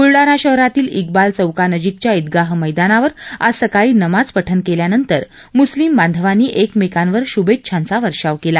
बुलडाणा शहरातील िबाल चौकानजीकच्या ईदगाह मैदानावर आज सकाळी नमाज पठण केल्यानंतर मुस्लिम बांधवांनी एकमेकांवर शूभेच्छांचा वर्षाव केला